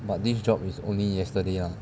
but this job is only yesterday ah